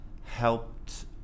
helped